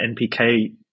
NPK